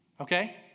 Okay